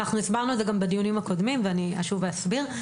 הסברנו את זה בדיונים הקודמים ואני אשוב ואסביר.